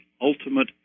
ultimate